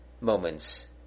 moments